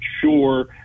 sure